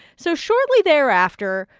so shortly thereafter,